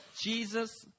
Jesus